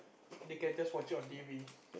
they can just watch it on T_V